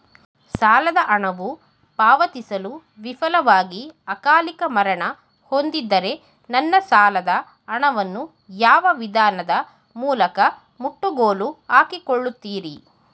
ಸಾಲದ ಹಣವು ಪಾವತಿಸಲು ವಿಫಲವಾಗಿ ಅಕಾಲಿಕ ಮರಣ ಹೊಂದಿದ್ದರೆ ನನ್ನ ಸಾಲದ ಹಣವನ್ನು ಯಾವ ವಿಧಾನದ ಮೂಲಕ ಮುಟ್ಟುಗೋಲು ಹಾಕಿಕೊಳ್ಳುತೀರಿ?